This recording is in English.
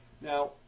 Now